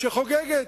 שחוגגת,